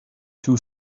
two